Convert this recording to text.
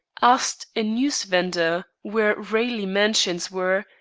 asked a news-vendor where raleigh mansions were,